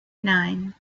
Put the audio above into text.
nine